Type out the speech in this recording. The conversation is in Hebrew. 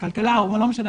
הכלכלה או לא משנה,